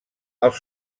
els